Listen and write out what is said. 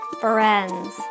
friends